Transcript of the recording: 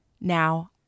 Now